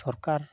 ᱥᱚᱨᱠᱟᱨ